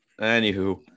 Anywho